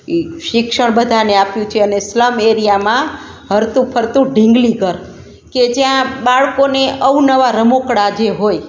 એ શિક્ષણ બધાને આપ્યું છે અને સ્લમ એરિયામાં હરતું ફરતું ઢીંગલી ઘર કે જ્યાં બાળકોને અવનવાં રમકડાં જે હોય